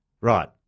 Right